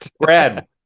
brad